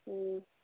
ꯎꯝ